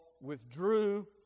withdrew